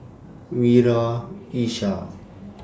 Wira Ishak